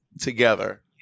together